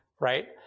right